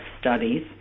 Studies